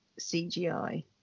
CGI